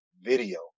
video